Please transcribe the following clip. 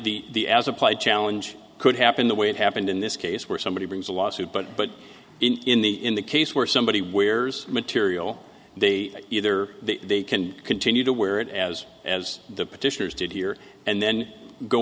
as applied challenge could happen the way it happened in this case where somebody brings a lawsuit but but in the in the case where somebody wears material they either they can continue to wear it as as the petitioners did here and then go